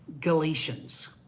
Galatians